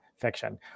fiction